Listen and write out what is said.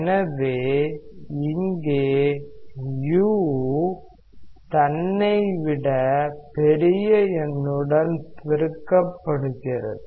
எனவே இங்கே u தன்னை விட பெரிய எண்ணுடன் பெருக்கப்படுகிறது